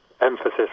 emphasis